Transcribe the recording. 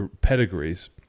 pedigrees